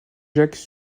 jacques